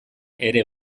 ere